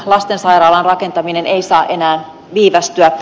lastensairaalan rakentaminen ei saa enää viivästyä